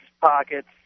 pockets